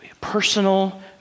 personal